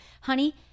Honey